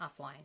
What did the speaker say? offline